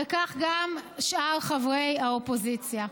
וכך גם שאר חברי האופוזיציה.